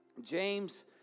James